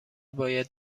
باید